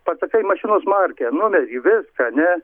pasakai mašinos markę numerį viską ne